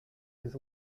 his